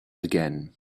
again